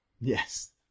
yes